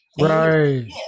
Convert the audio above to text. Right